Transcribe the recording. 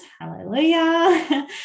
hallelujah